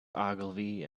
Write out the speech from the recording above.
ogilvy